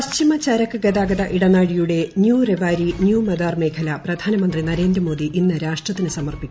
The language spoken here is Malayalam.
പശ്ചിമ ചരക്ക് ഗതാഗത ഇടനാഴിയുടെ ന്യൂ റെവാരി ന്യൂ മദാർ മേഖല പ്രധാനമന്ത്രി നരേന്ദ്രമോദി ഇന്ന് രാഷ്ട്രത്തിന് സമർപ്പിക്കും